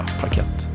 paket